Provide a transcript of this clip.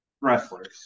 wrestlers